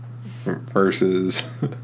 versus